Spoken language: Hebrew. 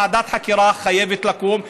ועדת חקירה חייבת לקום,